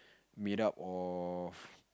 made up of